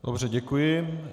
Dobře, děkuji.